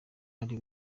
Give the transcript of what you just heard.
uri